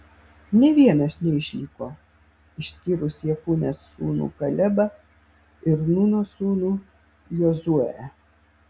nė vienas neišliko išskyrus jefunės sūnų kalebą ir nūno sūnų jozuę